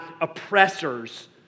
oppressors